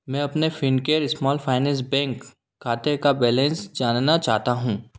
मैं अपने Fincare small finance bank खाते का बैलेन्स जानना चाहता हूँ